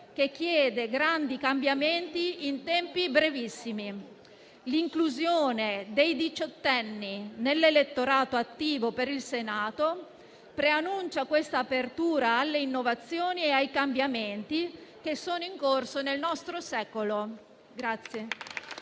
che chiede grandi cambiamenti in tempi brevissimi. L'inclusione dei diciottenni nell'elettorato attivo per il Senato preannuncia questa apertura alle innovazioni e ai cambiamenti che sono in corso nel nostro secolo.